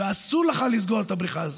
ואסור לך לסגור את הבריכה הזאת.